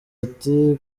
ati